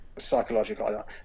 psychological